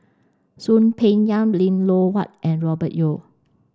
Soon Peng Yam Lim Loh Huat and Robert Yeo